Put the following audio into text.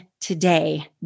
today